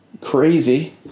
Crazy